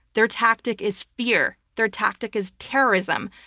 their tactic is fear. their tactic is terrorism.